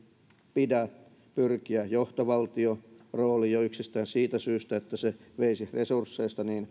pidä pyrkiä johtovaltiorooliin jo yksistään siitä syystä että se veisi resursseista